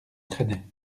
traînait